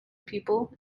people